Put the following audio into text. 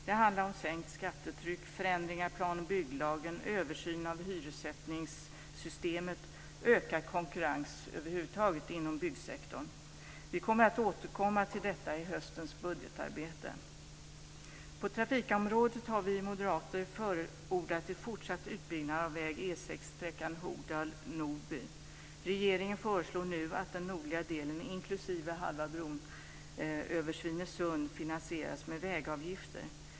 Det handlar om sänkt skattetryck, förändringar i planoch bygglagen, översyn av hyressättningssystemet och ökad konkurrens över huvud taget inom byggsektorn. Vi kommer att återkomma till detta i höstens budgetarbete. På trafikområdet har vi moderater förordat en fortsatt utbyggnad av väg E 6, sträckan Hogdal Nordby. Regeringen föreslår nu att den nordliga delen inklusive halva bron över Svinesund finansieras med vägavgifter.